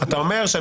במסגרות מיוחדות